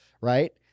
Right